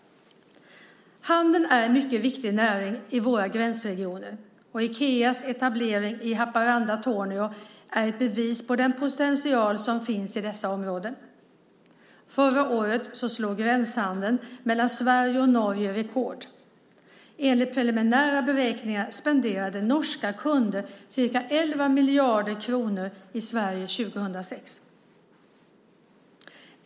Handel är en mycket viktig näring i våra gränsregioner och Ikeas etablering i Haparanda-Torneå är ett bevis på den potential som finns i dessa områden. Förra året slog gränshandeln mellan Sverige och Norge rekord. Enligt preliminära beräkningar spenderade norska kunder ca 11 miljarder kronor i Sverige 2006.